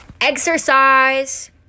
exercise